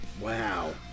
Wow